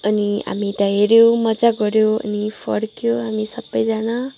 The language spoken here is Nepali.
अनि हामी त्यहाँ हेऱ्यो मज्जा गऱ्यो अनि फर्क्यो हामी सबैजना